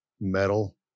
metal